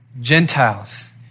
Gentiles